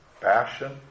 Passion